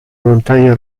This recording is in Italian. montagne